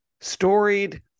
storied